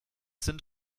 sind